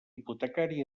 hipotecari